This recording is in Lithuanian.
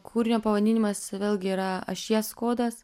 kūrinio pavadinimas vėlgi yra ašies kodas